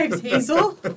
Hazel